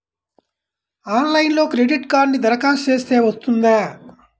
ఆన్లైన్లో క్రెడిట్ కార్డ్కి దరఖాస్తు చేస్తే వస్తుందా?